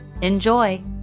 Enjoy